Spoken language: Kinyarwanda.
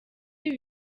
ibi